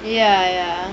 ya ya